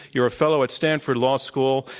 you are a fellow at stanford law school.